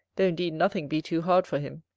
though indeed nothing be too hard for him,